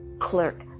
clerk